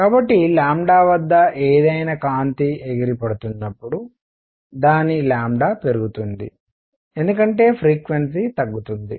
కాబట్టి లాంబ్డా వద్ద ఏదైనా కాంతి ఎగిరిపడుతున్నపుడు దాని పెరుగుతుంది ఎందుకంటే ఫ్రీక్వెన్సీ తగ్గుతుంది